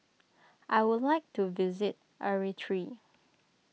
I would like to visit Eritrea